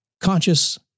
Conscious